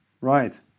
right